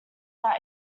that